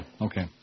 Okay